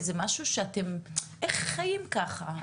איך חיים ככה?